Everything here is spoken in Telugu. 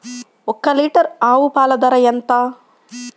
ఒక్క లీటర్ ఆవు పాల ధర ఎంత?